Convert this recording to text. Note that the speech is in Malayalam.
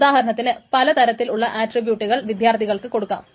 ഉദാഹരണത്തിന് പല തരത്തിലുള്ള ആറ്റ്ട്രിബ്യൂട്ടുകൾ വിദ്യാർത്ഥികൾക്ക് കൊടുക്കാം